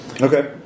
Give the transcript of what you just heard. Okay